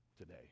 today